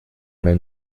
wenn